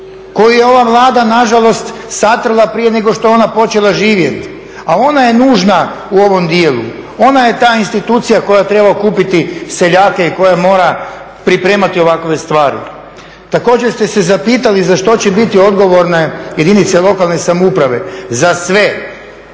koju je ova Vlada nažalost satrla prije nego što je ona počela živjeti, a ona je nužna u ovom dijelu. Ona je ta institucija koja treba okupiti seljake i koja mora pripremati ovakve stvari. Također ste se zapitali za što će biti odgovorne jedinice lokalne samouprave. Za sve.